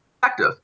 effective